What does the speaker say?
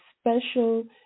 special